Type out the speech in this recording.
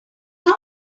how